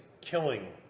killing